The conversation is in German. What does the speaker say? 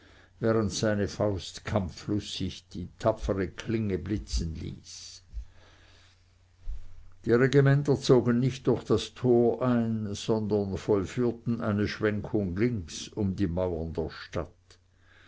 während seine faust kampflustig die tapfere klinge blitzen ließ die regimenter zogen nicht durch das tor ein sondern vollführten eine schwenkung links um die mauern der stadt